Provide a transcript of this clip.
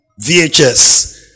VHS